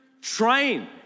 train